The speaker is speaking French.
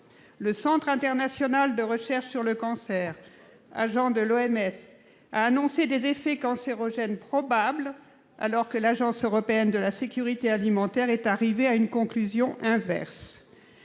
Le Centre international de recherche sur le cancer, agence de l'OMS, a annoncé des effets cancérogènes probables, alors que l'Agence européenne de sécurité des aliments est arrivée à une conclusion inverse.